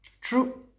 true